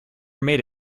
made